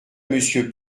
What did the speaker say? monsieur